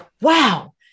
wow